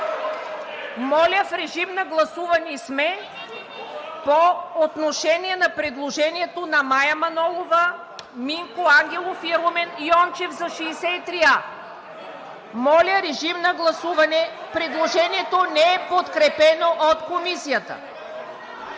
Моля, в режим на гласуване сме по отношение на предложението на Мая Манолова, Минко Ангелов и Румен Йончев за чл. 63а. (Силен шум и реплики.) Предложението не е подкрепено от Комисията.